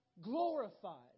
glorified